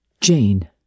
Jane